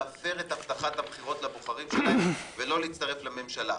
להפר את הבטחת הבחירות לבוחרים שלהם ולא להצטרף לממשלה.